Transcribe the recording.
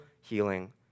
healing